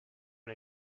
one